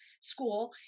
school